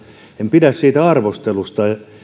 en pidä siitä arvostelusta